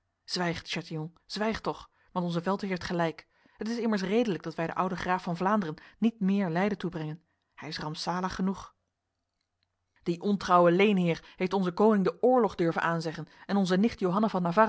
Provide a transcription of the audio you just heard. de chatillon zwijg toch want onze veldheer heeft gelijk het is immers redelijk dat wij de oude graaf van vlaanderen niet meer lijden toebrengen hij is rampzalig genoeg die ontrouwe leenheer heeft onze koning de oorlog durven aanzeggen en onze nicht johanna van